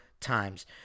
times